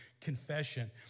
confession